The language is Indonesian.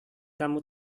kamu